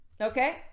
okay